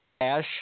cash